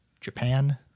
japan